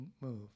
move